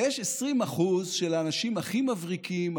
ויש 20% של האנשים הכי מבריקים,